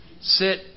sit